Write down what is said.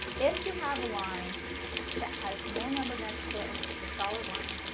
if you have a line that has no number next to it and it's just a solid line,